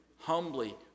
humbly